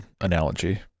analogy